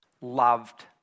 loved